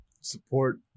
support